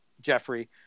Jeffrey